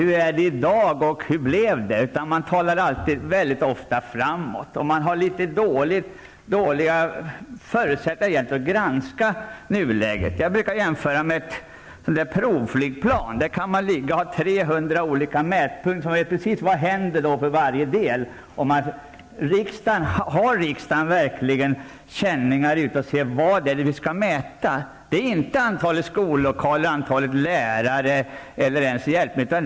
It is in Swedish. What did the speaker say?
Hur var det då, och hur blev det sedan? Riksdagen talar ofta framåt, men riksdagen har dåliga förutsättningar att granska nuläget. Jag brukar jämföra med provflygplan. Där finns 300 olika mätinstrument, och man kan se precis vad som händer. Har riksdagen sådana känningar att man kan avgöra vad som skall mätas? Det gäller inte antalet skollokaler, lärare eller hjälpmedel.